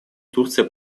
турция